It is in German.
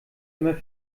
immer